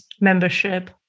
membership